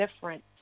different